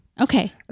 Okay